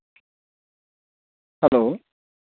hello